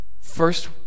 First